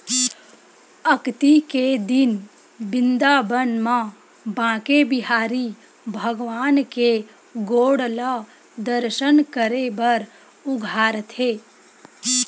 अक्ती के दिन बिंदाबन म बाके बिहारी भगवान के गोड़ ल दरसन करे बर उघारथे